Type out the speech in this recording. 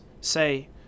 Say